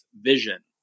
vision